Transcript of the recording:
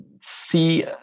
see